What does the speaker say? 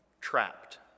trapped